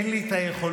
אין לי את היכולות,